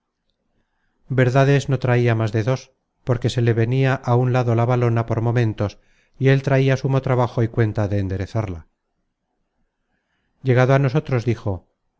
es no traia más de dos porque se le venia á un lado la valona por momentos y él traia sumo trabajo y cuenta de enderezarla llegando á nosotros dijo